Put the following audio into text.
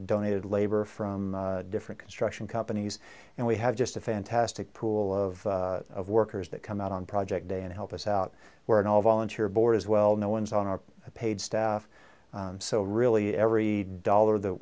donated labor from different construction companies and we have just a fantastic pool of workers that come out on project day and help us out we're an all volunteer board as well no one's on our paid staff so really every dollar that